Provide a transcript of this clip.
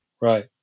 Right